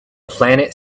planet